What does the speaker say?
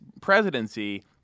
presidency